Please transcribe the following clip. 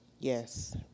Yes